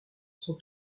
sont